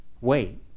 wait